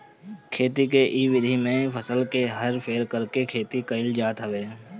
खेती के इ विधि में फसल के हेर फेर करके खेती कईल जात हवे